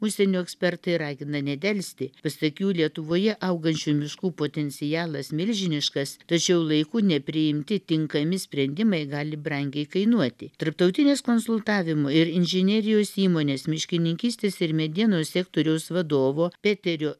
užsienio ekspertai ragina nedelsti pasak jų lietuvoje augančių miškų potencialas milžiniškas tačiau laiku nepriimti tinkami sprendimai gali brangiai kainuoti tarptautinės konsultavimo ir inžinerijos įmonės miškininkystės ir medienos sektoriaus vadovo peterio